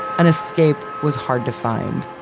an escape was hard to find